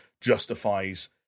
justifies